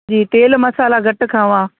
जी तेलु मसाला घटि खावां